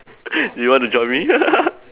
you want to join me